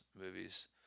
movies